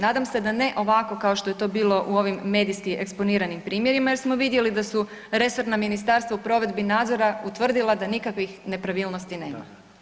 Nadam se da ne ovako kao što je to bilo u ovim medijski eksponiranim primjerima jer smo vidjeli da su resorna ministarstva u provedbi nadzora utvrdila da nikakvih nepravilnosti nema.